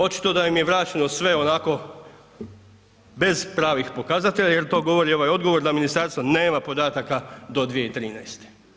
Očito da im je vraćeno sve onako bez pravih pokazatelja jer to govori ovaj odgovor da ministarstvo nema podataka do 2013.